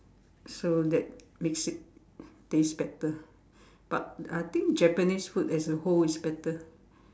so that makes it taste better but I think Japanese food as a whole is better